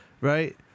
Right